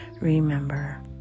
Remember